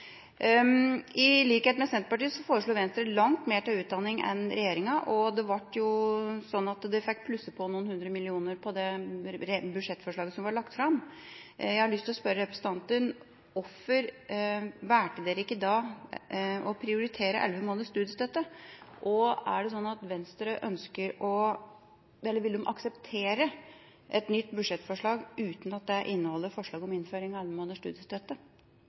I likhet med Senterpartiet foreslår Venstre langt mer til utdanning enn det regjeringa gjør. Venstre fikk plusset på noen hundre millioner på det budsjettforslaget som var lagt fram. Jeg har lyst til å spørre representanten: Hvorfor valgte dere ikke da å prioritere elleve måneders studiestøtte? Vil Venstre akseptere et nytt budsjettforslag – uten at det inneholder forslag om innføring av elleve måneders studiestøtte?